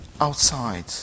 outside